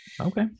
Okay